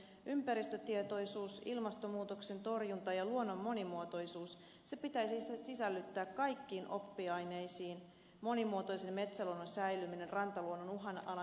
ympäristötietoisuus ilmastonmuutoksen torjunta ja luonnon monimuotoisuus pitäisi sisällyttää kaikkiin oppiaineisiin monimuotoisen metsäluonnon säilyminen rantaluonnon uhanalainen tila